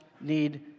need